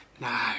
No